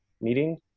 meeting